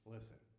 Listen